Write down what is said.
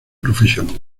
profesión